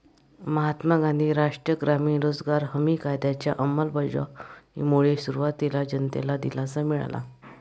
महात्मा गांधी राष्ट्रीय ग्रामीण रोजगार हमी कायद्याच्या अंमलबजावणीमुळे सुरुवातीला जनतेला दिलासा मिळाला